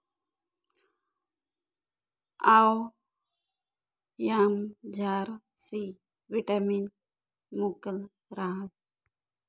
आवयामझार C vitamin मुकलं रहास